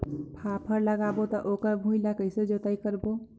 फाफण लगाबो ता ओकर भुईं ला कइसे जोताई करबो?